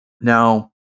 Now